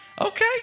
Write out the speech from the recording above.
Okay